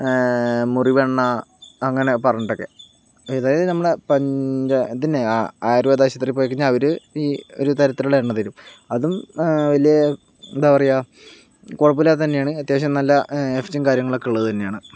മുറിവെണ്ണ അങ്ങനെ പറഞ്ഞിട്ടൊക്കെ അതായത് നമ്മളെ പഞ്ച ഇതുതന്നെ ആയുർവേദാശുപത്രിയിൽ പോയിക്കഴിഞ്ഞാൽ അവര് ഈ ഒരുതരത്തിലുള്ള എണ്ണ തരും അതും വലിയ എന്താ പറയുക കുഴപ്പമില്ലാത്ത തന്നെയാണ് അത്യാവശ്യം നല്ല എഫക്റ്റും കാര്യങ്ങളൊക്കെ ഉള്ളത് തന്നെയാണ്